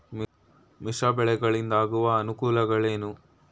ಮಿಶ್ರ ಬೆಳೆಗಳಿಂದಾಗುವ ಅನುಕೂಲಗಳೇನು?